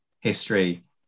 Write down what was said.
history